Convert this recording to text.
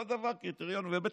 כל דבר, קריטריונים, ובצדק.